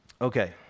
Okay